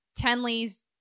Tenley's